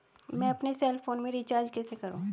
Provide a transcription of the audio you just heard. मैं अपने cell phone में रिचार्ज कैसे करूँ?